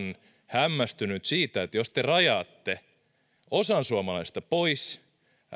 hämmästynyt siitä jos te rajaatte osan suomalaisista pois